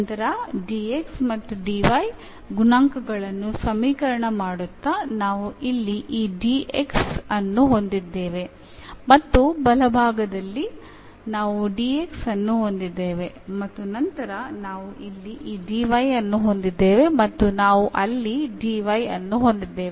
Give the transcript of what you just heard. ನಂತರ dx ಮತ್ತು dy ಗುಣಾಂಕಗಳನ್ನು ಸಮೀಕರಣ ಮಾಡುತ್ತಾ ನಾವು ಇಲ್ಲಿ ಈ dx ಅನ್ನು ಹೊಂದಿದ್ದೇವೆ ಮತ್ತು ಬಲಭಾಗದಲ್ಲಿ ನಾವು dx ಅನ್ನು ಹೊಂದಿದ್ದೇವೆ ಮತ್ತು ನಂತರ ನಾವು ಇಲ್ಲಿ ಈ dy ಅನ್ನು ಹೊಂದಿದ್ದೇವೆ ಮತ್ತು ನಾವು ಅಲ್ಲಿ dy ಅನ್ನು ಹೊಂದಿದ್ದೇವೆ